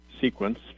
sequence